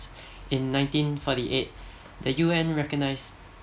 in nineteen forty eight the U_N recognized